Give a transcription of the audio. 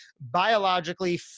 biologically